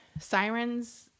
Sirens